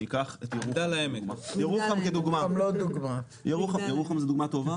ניקח את ירוחם כדוגמא, ירוחם זה דוגמא טובה?